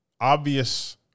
obvious